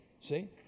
See